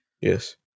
Yes